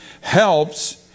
Helps